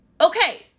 Okay